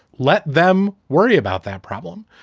let them worry about that problem.